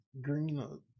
green